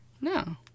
No